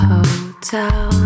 Hotel